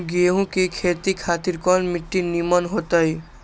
गेंहू की खेती खातिर कौन मिट्टी निमन हो ताई?